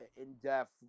in-depth